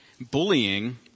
bullying